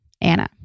Anna